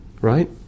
right